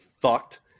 fucked